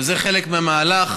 וזה חלק מהמהלך.